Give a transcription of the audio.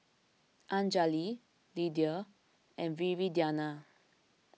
Anjali Lydia and Viridiana